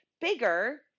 bigger